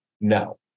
no